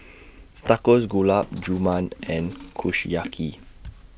Tacos Gulab Jamun and Kushiyaki